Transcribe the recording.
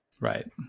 Right